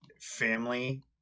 family